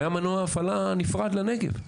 היה מנוע הפעלה נפרד לנגב,